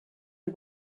the